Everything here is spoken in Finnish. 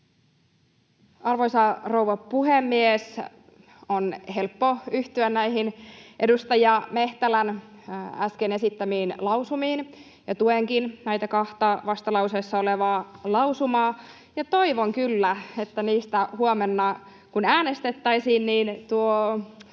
Arvoisa rouva puhemies! On helppo yhtyä edustaja Mehtälän äsken esittämiin lausumiin, ja tuenkin kahta vastalauseessa olevaa lausumaa. Toivon kyllä, että kun niistä huomenna äänestetään, tuo